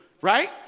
Right